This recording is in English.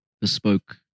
bespoke